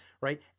right